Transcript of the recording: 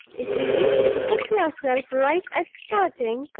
if you wish to put yourself right at starting,